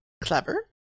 Clever